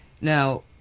now